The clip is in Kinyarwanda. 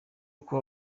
uko